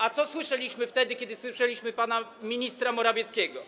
A co słyszeliśmy wtedy, kiedy słyszeliśmy pana ministra Morawieckiego?